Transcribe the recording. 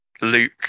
Luke